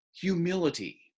humility